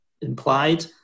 implied